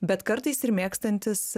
bet kartais ir mėgstantys